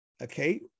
okay